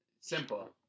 simple